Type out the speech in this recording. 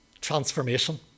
transformation